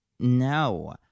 No